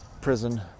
prison